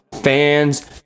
Fans